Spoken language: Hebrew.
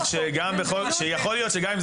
מופיע כמו בגרסה הקודמת שהייתה אתמול,